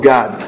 God